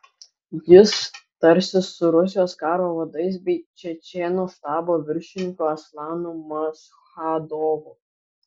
jis tarsis su rusijos karo vadais bei čečėnų štabo viršininku aslanu maschadovu